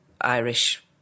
Irish